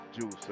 juice